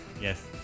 yes